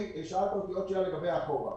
שאלת אותי לגבי אחורה.